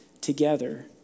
together